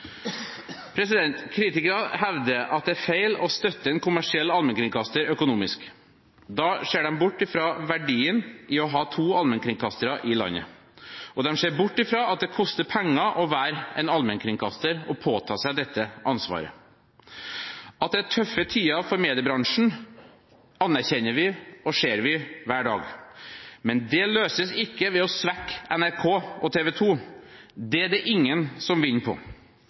hevder at det er feil å støtte en kommersiell allmennkringkaster økonomisk. Da ser de bort fra verdien av å ha to allmennkringkastere i landet, og de ser bort fra at det koster penger å være en allmennkringkaster og å påta seg dette ansvaret. At det er tøffe tider for mediebransjen, anerkjenner vi og ser vi hver dag. Men det løses ikke ved å svekke NRK og TV 2 – det er det ingen som vinner på.